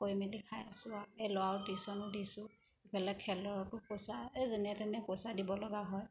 কৰি মেলি খাই আছোঁ আৰু এই ল'ৰাও টিউশ্যনো দিছোঁ এইফালে খেলতো পইচা এই যেনে তেনে পইচা দিব লগা হয়